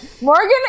Morgan